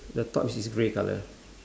the top is his grey colour